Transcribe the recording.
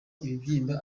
ibibyimba